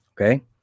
okay